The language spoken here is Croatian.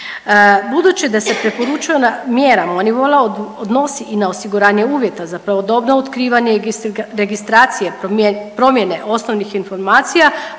Budući da se preporučena mjera …/Govornica se ne razumije./… odnosi i na osiguranje uvjeta za pravodobno otkrivanje i registracije promjene osnovnih informacija,